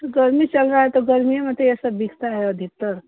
तो गर्मी चल रही है तो गर्मीए में तो यह सब बिकता है अधिकतर